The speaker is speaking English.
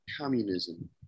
communism